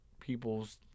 people's